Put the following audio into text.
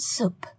Soup